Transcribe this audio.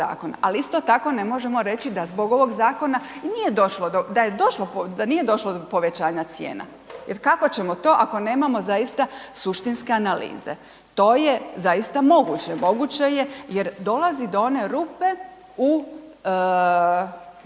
ali isto tako ne možemo reći da zbog ovog zakona nije došlo, da je došlo, da nije došlo do povećanja cijena jer kako ćemo to ako nemamo zaista suštinske analize. To je zaista moguće. Moguće je jer dolazi do one rupe u